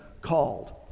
called